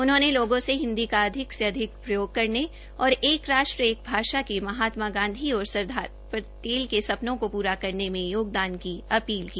उन्होंने लोगों से हिन्दी का अधिक से अधिक प्रयोग करने और एक राष्ट्र एक भाषा के महात्मा गांधी औश्र सरदार वल्लभ भाई पटेल के सपने को पूरा करने में योगदान की अपील की